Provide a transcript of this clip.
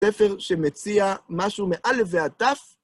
ספר שמציע משהו מאלף ועד תף.